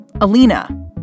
Alina